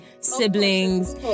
siblings